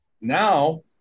Now